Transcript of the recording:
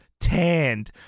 tanned